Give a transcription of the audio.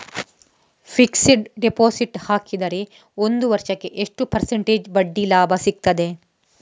Fixed deposit ಹಾಕಿದರೆ ಒಂದು ವರ್ಷಕ್ಕೆ ಎಷ್ಟು ಪರ್ಸೆಂಟೇಜ್ ಬಡ್ಡಿ ಲಾಭ ಸಿಕ್ತದೆ?